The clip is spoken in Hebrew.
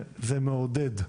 זה מעודד.